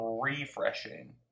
refreshing